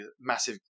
massive